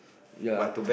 ya